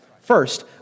First